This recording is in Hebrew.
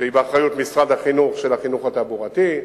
שהיא באחריות משרד החינוך, של החינוך התעבורתי,